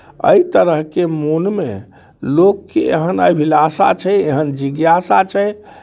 एहि तरहके मोनमे लोककेँ एहन अभिलाषा छै एहन जिज्ञासा छै